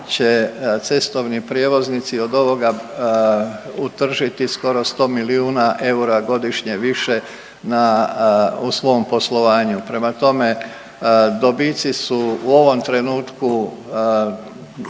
će cestovni prijevoznici od ovoga utržiti skoro 100 milijuna eura godišnje više u svom poslovanju. Prema tome, dobici su u ovom trenutku